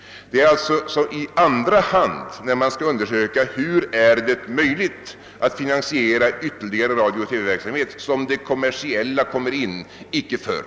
Det är alltså i andra hand, när man skall undersöka hur det skall vara möjligt att finansiera ytlerligare radiooch TV-verksamhet, som det kommersiella kommer in i bilden; icke förr.